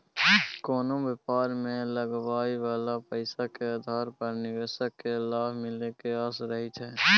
कोनो व्यापार मे लगाबइ बला पैसा के आधार पर निवेशक केँ लाभ मिले के आस रहइ छै